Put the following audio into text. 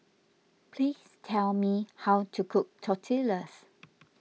please tell me how to cook Tortillas